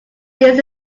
this